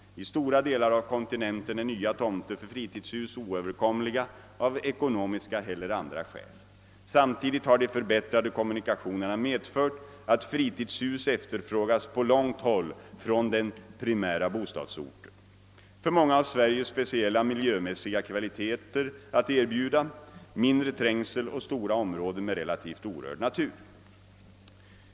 I stora delar av kontinenten är nya tomter för fritidshus oöverkomliga av ekonomiska eller andra skäl. Samtidigt har de förbättrade kommunikationerna medfört att fritidshus efterfrågas på långt håll från den primära bostadsorten. För många har Sverige speciella miljömässiga kvaliteter att erbjuda, mindre trängsel och stora områden med relativt orörd natur.